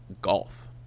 Golf